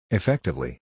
Effectively